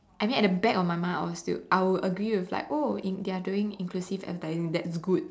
and then at the back of my mind I was still I would agree with like oh if they're doing inclusive advertising that's good